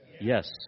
Yes